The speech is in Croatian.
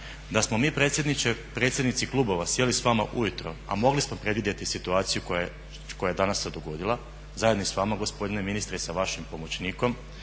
predsjedniče predsjednici klubova sjeli s vama ujutro, a mogli smo predvidjeti situaciju koja je dana se dogodila, zajedno s vama gospodine ministre i sa vašim pomoćnikom,